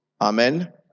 Amen